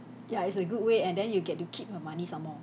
ya it's a good way and then you get to keep the money some more